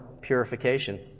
purification